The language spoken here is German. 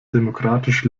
demokratisch